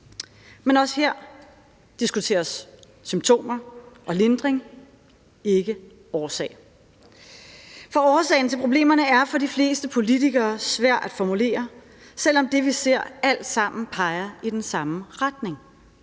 Men også her diskuteres symptomer og lindring – ikke årsag. For årsagen til problemerne er for de fleste politikere svær at formulere, selv om det, vi ser, alt sammen peger i den samme retning.